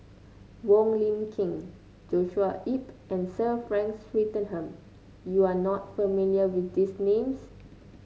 Wong Lin Ken Joshua Ip and Sir Frank Swettenham you are not familiar with these names